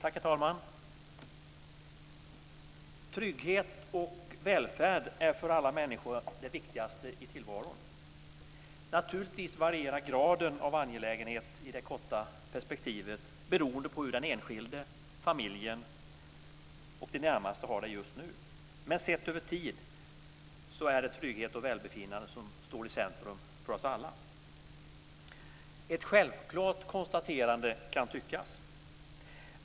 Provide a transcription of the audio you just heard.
Herr talman! Trygghet och välfärd är för alla människor det viktigaste i tillvaron. Naturligtvis varierar graden av angelägenhet i det korta perspektivet beroende på hur den enskilde, familjen och de närmaste har det just nu. Men sett över tid är det trygghet och välbefinnande som står i centrum för oss alla. Ett självklart konstaterande, kan tyckas.